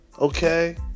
okay